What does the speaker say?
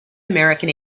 american